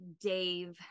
dave